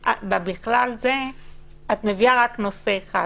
בכלל זה את מביאה רק נושא אחד.